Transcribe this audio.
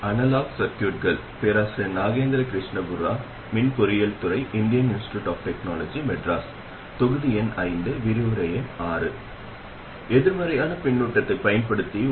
இந்தப் பாடத்தில் நாங்கள் வடிவமைத்த மின்னழுத்தக் கட்டுப்படுத்தப்பட்ட மின்னோட்ட மூலத்தைப் பற்றி மேலும் பார்ப்போம் மேலும் பொதுவாக எதிர்கொள்ளும் சில சொற்களைப் புரிந்துகொள்வோம்